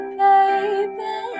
baby